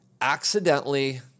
accidentally